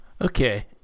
Okay